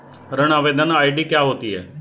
ऋण आवेदन आई.डी क्या होती है?